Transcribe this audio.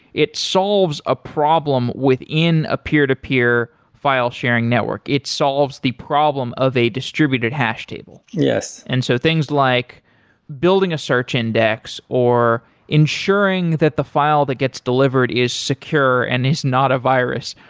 it solves a problem within a peer-to-peer file sharing network. it solves the problem of a distributed hash table. yes and so things like building a search index or ensuring that the file that gets delivered is secure and is not a virus.